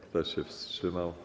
Kto się wstrzymał?